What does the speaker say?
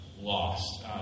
lost